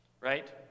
right